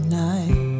night